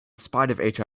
spite